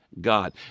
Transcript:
God